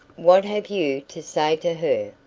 what have you to say to her?